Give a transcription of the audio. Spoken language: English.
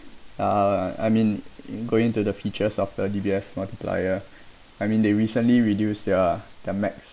uh I mean in going into the features of the D_B_S multiplier I mean they recently reduced their their max